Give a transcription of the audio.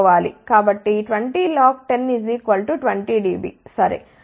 కాబట్టి 20 log 10 20 dB సరే